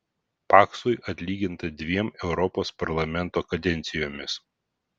paksui atlyginta dviem europos parlamento kadencijomis